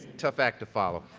tough act to follow.